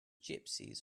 gypsies